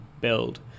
build